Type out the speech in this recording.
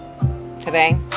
Today